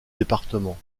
département